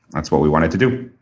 that's what we wanted to do.